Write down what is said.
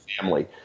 family